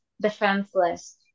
defenseless